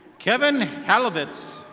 kevin halibuts.